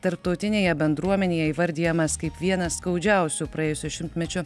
tarptautinėje bendruomenėje įvardijamas kaip vienas skaudžiausių praėjusio šimtmečio